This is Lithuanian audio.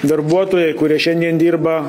darbuotojai kurie šiandien dirba